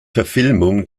verfilmung